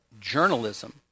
journalism